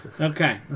Okay